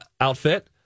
outfit